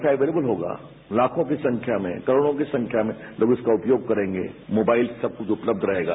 wi fi available होगा लाखों की संख्या में करोठों की संख्या में लोग इसका उपयोग करेगे मोबाइल सबक्छ उपलब्ध रहेगा